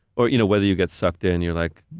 or you know whether you get sucked in, you're like,